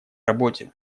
работе